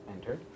enter